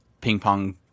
Ping-Pong